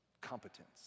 competence